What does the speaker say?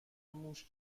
موش